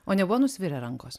o nebuvo nusvirę rankos